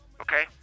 Okay